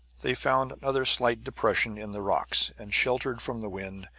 they found another slight depression in the rocks and sheltered from the wind,